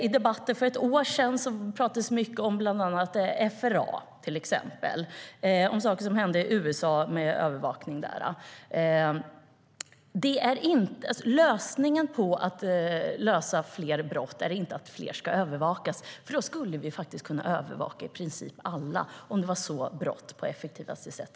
I debatten för ett år sedan pratades det mycket om bland annat FRA och övervakningen i USA. Lösningen för att klara upp fler brott är inte att fler ska övervakas. Då skulle vi kunna övervaka i princip alla om det är så brott löses på effektivaste sätt.